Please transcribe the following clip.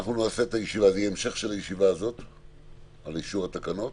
זה יהיה המשך של הישיבה הזאת על אישור התקנות.